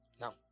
Now